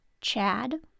Chad